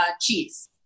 cheese